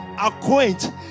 Acquaint